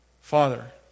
Father